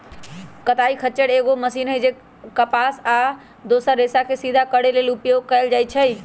कताइ खच्चर एगो मशीन हइ जे कपास आ आन दोसर रेशाके सिधा करे लेल उपयोग कएल जाइछइ